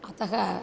अतः